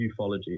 ufology